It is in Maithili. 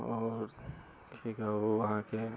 आओर की कहु अहाँकेँ